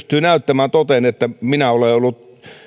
pystyy näyttämään toteen että on ollut